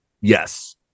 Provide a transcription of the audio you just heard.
Yes